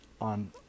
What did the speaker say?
on